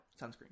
Sunscreen